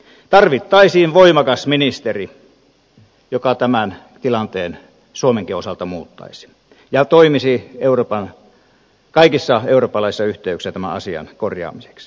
tarvittaisiin voimakas ministeri joka tämän tilanteen suomenkin osalta muuttaisi ja toimisi kaikissa eurooppalaisissa yhteyksissä tämän asian korjaamiseksi